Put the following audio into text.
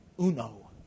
uno